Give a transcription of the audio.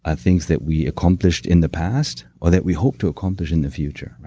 ah things that we accomplished in the past or that we hope to accomplish in the future.